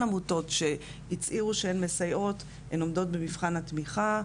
עמותות שהצהירו שהן מסייעות ועומדות במבחן התמיכה,